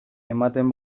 ematen